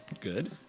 Good